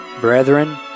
brethren